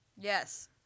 Yes